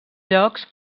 llocs